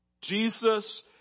Jesus